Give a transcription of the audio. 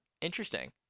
interesting